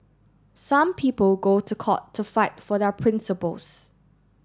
some people go to court to fight for their principles